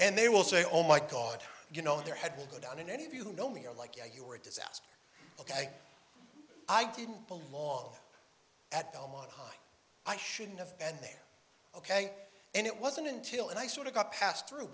and they will say oh my god you know their head will go down and any of you who know me are like yeah you're a disaster ok i didn't belong at belmont high i shouldn't have and they're ok and it wasn't until and i sort of got passed through